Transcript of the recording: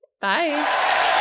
Bye